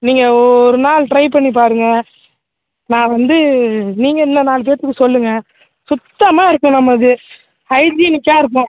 நீங்கள் ஒ ஒரு நாள் ட்ரை பண்ணிப் பாருங்க நான் வந்து நீங்கள் இன்னும் நாலு பேற்றுக்கு சொல்லுங்க சுத்தமாக இருக்கும் நம்மளுது ஹைஜீனிக்காக இருக்கும்